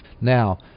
Now